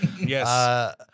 Yes